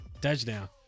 touchdown